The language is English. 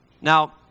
Now